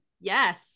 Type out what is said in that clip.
yes